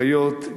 אחיות,